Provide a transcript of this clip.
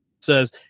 says